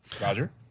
Roger